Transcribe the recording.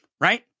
right